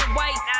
White